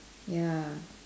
ya